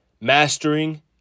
Mastering